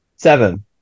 seven